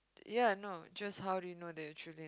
ya I know just how do you know that you're truly in love